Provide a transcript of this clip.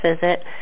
visit